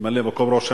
ממלא-מקום ראש הממשלה,